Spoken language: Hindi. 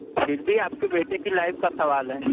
फिर भी आपके बेटे की लाइफ़ का सवाल है